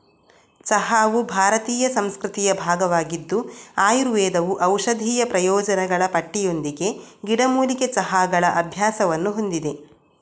ಚಹಾವು ಭಾರತೀಯ ಸಂಸ್ಕೃತಿಯ ಭಾಗವಾಗಿದ್ದು ಆಯುರ್ವೇದವು ಔಷಧೀಯ ಪ್ರಯೋಜನಗಳ ಪಟ್ಟಿಯೊಂದಿಗೆ ಗಿಡಮೂಲಿಕೆ ಚಹಾಗಳ ಅಭ್ಯಾಸವನ್ನು ಹೊಂದಿದೆ